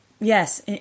Yes